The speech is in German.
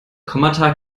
kommata